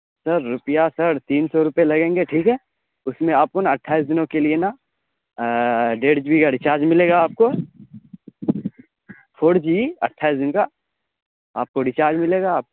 سر روپیہ سر تین سو روپے لگیں گے ٹھیک ہے اس میں آپ کو نا اٹھائیس دنوں کے لیے نا ڈیڑھ جی بی کا ریچارج ملے گا آپ کو فور جی اٹھائیس دن کا آپ کو ریچارج ملے گا آپ